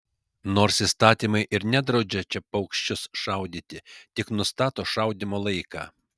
nors įstatymai ir nedraudžia čia paukščius šaudyti tik nustato šaudymo laiką